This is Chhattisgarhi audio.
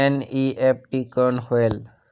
एन.ई.एफ.टी कौन होएल?